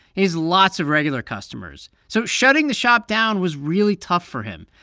he has lots of regular customers, so shutting the shop down was really tough for him.